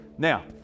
now